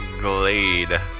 Glade